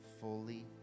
fully